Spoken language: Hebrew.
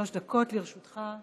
שלוש דקות לרשותך.